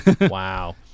Wow